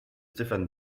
stéphane